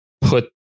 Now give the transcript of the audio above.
put